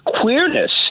queerness